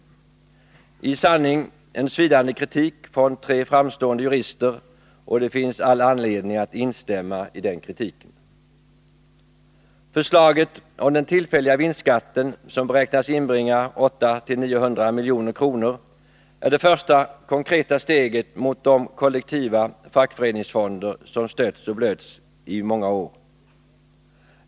Det är i sanning en svidande kritik från tre framstående jurister, och det finns all anledning att instämma i den. Förslaget om den tillfälliga vinstskatten, som beräknas inbringa 800-900 milj.kr., är det första konkreta steget mot de kollektiva fackföreningsfonder som stötts och blötts i så många år.